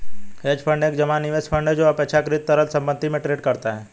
hedge fund एक जमा निवेश फंड है जो अपेक्षाकृत तरल संपत्ति में ट्रेड करता है